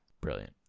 Brilliant